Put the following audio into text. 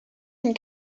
une